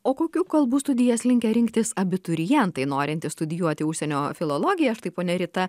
o kokių kalbų studijas linkę rinktis abiturientai norintys studijuoti užsienio filologiją štai ponia rita